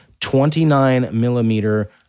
29-millimeter